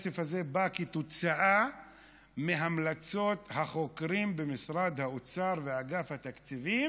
הכסף הזה בא כתוצאה מהמלצות החוקרים במשרד האוצר ואגף התקציבים,